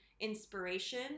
inspiration